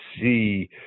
see